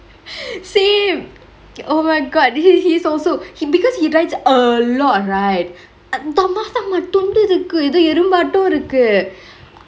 same oh my god he's he's also he because he writes a lot right தம்மா தம்மா துன்டிருக்கு ஏதோ எறும்பாட்டோ இருக்கு:thamma thamma tundirukku yetho erumbaato irukku